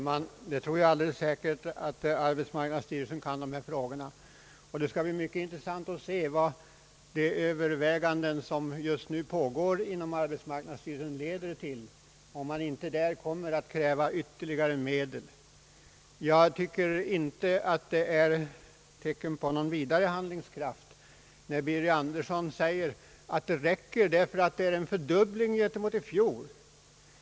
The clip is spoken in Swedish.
Herr talman! Jag tror alldeles säkert att arbetsmarknadsstyrelsen kan dessa frågor. Det skall bli mycket intressant att se vad de överväganden leder till, som just nu pågår inom arbetsmarknadsstyreisen — de kommer kanske att leda till att man där kommer att kräva ytterligare medel. Jag tycker inte att det är tecken på någon vidare handlingskraft när herr Birger Andersson säger att det räcker med vad regeringen här föreslagit därför att det är en fördubbling gentemot i fjol.